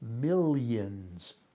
millions